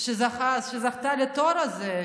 שזכתה לתואר הזה.